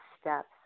steps